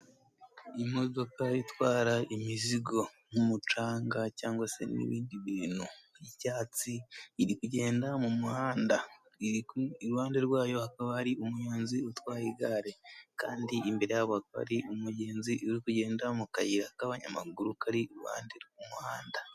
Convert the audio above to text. Imodoka itwara imizigo nk'umucanga cyangwa se nibindi bintu y'icyatsi irikugenda mu muhanda. Iruhande rwayo hakaba hari umuhanzi utwaye igare kandi imbere yabo hakaba hari umugenzi uri kugenda mu kayira k'abanyamaguru kari iruhande rw'umuhanda.